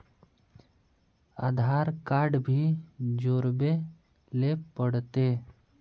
आधार card भी जोरबे ले पड़ते?